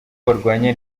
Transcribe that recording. barwanya